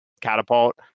catapult